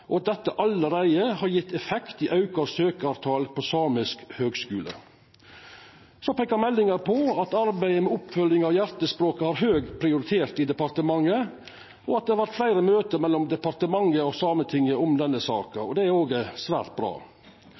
og at dette allereie har gjeve effekt i auka søkjartal til Samisk høgskole. Meldinga peikar på at arbeidet med oppfølginga av Hjertespråket har høg prioritet i departementet, og at det har vore fleire møte mellom departementet og Sametinget om denne saka, og det er òg svært bra.